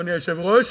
אדוני היושב-ראש,